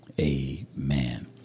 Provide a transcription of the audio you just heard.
Amen